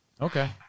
Okay